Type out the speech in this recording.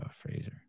Fraser